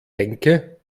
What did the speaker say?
denke